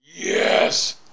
Yes